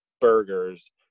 burgers